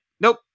nope